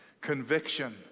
conviction